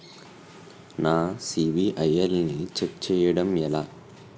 నా సిబిఐఎల్ ని ఛెక్ చేయడం ఎలా?